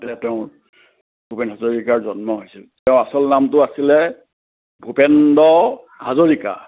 তেওঁ ভূপেন হাজৰিকাৰ জন্ম হৈছিল তেওঁৰ আচল নামতো আছিলে ভূপেন্দ্ৰ হাজৰিকা